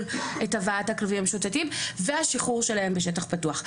את הבאת הכלבים המשוטטים והשחרור שלהם בשטח פתוח.